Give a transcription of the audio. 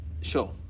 sure